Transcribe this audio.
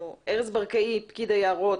ארז ברקאי, פקיד היערות,